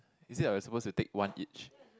is it a supposed to take one each